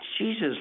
jesus